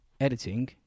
editing